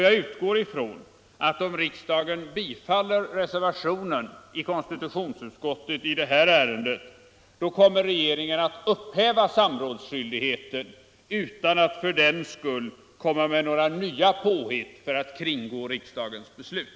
Jag utgår från att om riksdagen bifaller reservationen vid konstitutionsutskottets betänkande nr 12 såvitt avser detta ärende så kommer regeringen att upphäva samrådsskyldigheten utan att för den skull med några nya påhitt kringgå riksdagens beslut.